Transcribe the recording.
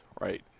Right